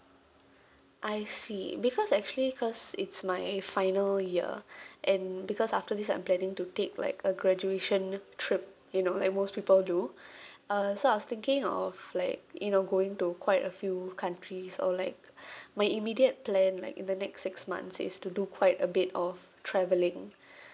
I see because actually cause it's my final year and because after this I'm planning to take like a graduation trip you know like most people do uh so I was thinking of like you know going to quite a few countries or like my immediate plan like in the next six months is to do quite a bit of travelling